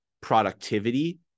productivity